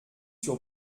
sur